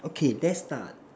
okay there start